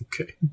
Okay